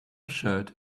shirt